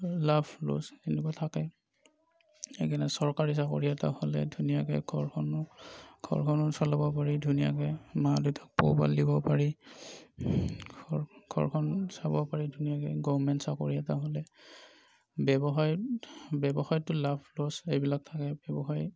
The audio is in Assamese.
লাভ লছ এনেকুৱা থাকেই সেইকাৰণে চৰকাৰী চাকৰি এটা হ'লে ধুনীয়াকৈ ঘৰখনো ঘৰখনো চলাব পাৰি ধুনীয়াকৈ মা দেউতাক পোহপাল দিব পাৰি ঘৰ ঘৰখন চাব পাৰি ধুনীয়াকৈ গভ্মেণ্ট চাকৰি এটা হ'লে ব্য়ৱসায়ত ব্য়ৱসায়তটো লাভ লছ এইবিলাক থাকে ব্য়ৱসায়